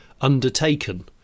undertaken